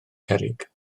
cerrig